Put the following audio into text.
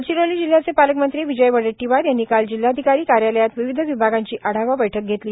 गडचिरोली जिल्ह्याचे पालकमंत्री विजय वडेट्टीवार यांनी काल जिल्हाधिकारी कार्यालयात विविध विभागांची आढावा बैठक घेतली